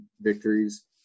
victories